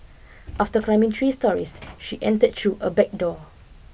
after climbing three storeys she entered through a back door